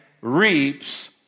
reaps